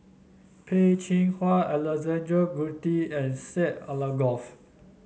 Peh Chin Hua Alexander Guthrie and Syed Alsagoff